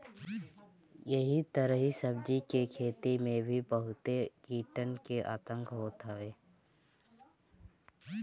एही तरही सब्जी के खेती में भी बहुते कीटन के आतंक होत हवे